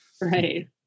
Right